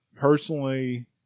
personally